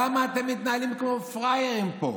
למה אתם מתנהלים כמו פראיירים פה?